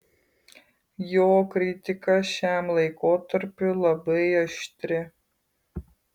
jo kritika šiam laikotarpiui labai aštri